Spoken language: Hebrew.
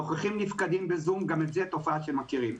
נוכחים נפקדים בזום, גם היא תופעה שמכירים.